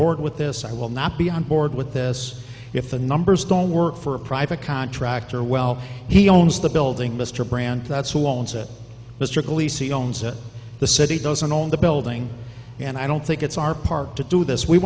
board with this i will not be on board with this if the numbers don't work for a private contractor well he owns the building mr brand that's who owns it was strictly she owns it the city doesn't own the building and i don't think it's our park to do this we